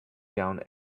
down